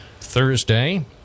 Thursday